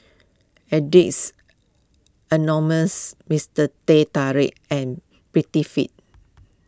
Addicts Anonymous Mister Teh Tarik and Prettyfit